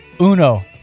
Uno